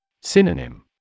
Synonym